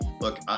Look